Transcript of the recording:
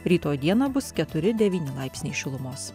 rytoj dieną bus keturi devyni laipsniai šilumos